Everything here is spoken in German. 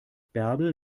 bärbel